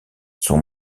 sont